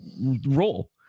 role